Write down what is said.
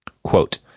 Quote